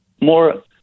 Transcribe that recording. more